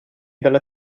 dalla